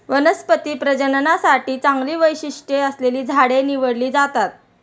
वनस्पती प्रजननासाठी चांगली वैशिष्ट्ये असलेली झाडे निवडली जातात